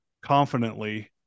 confidently